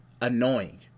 Annoying